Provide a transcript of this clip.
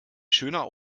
schöner